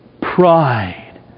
pride